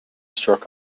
struck